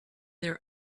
their